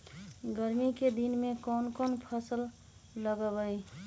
गर्मी के दिन में कौन कौन फसल लगबई?